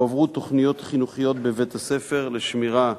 הועברו תוכניות חינוכיות בבית-הספר, לשמירה